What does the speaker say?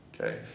okay